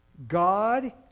God